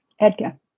Edgar